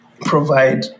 provide